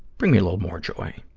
bring me a little more joy.